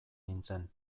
nintzen